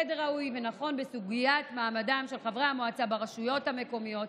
לעשות סדר ראוי ונכון בסוגיית מעמדם של חברי המועצה ברשויות המקומיות.